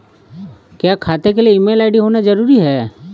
क्या खाता के लिए ईमेल आई.डी होना जरूरी है?